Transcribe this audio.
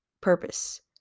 purpose